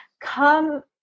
come